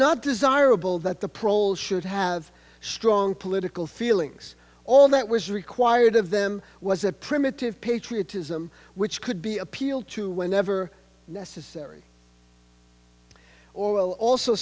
not desirable that the proles should have strong political feelings all that was required of them was a primitive patriotism which could be appealed to whenever necessary or will also